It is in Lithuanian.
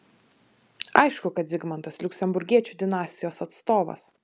aišku kad zigmantas liuksemburgiečių dinastijos atstovas